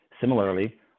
Similarly